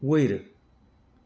वयर